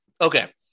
Okay